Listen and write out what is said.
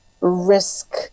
risk